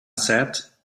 said